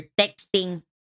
texting